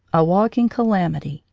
a walking calamity,